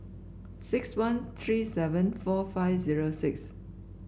six one three seven four five zero six